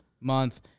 month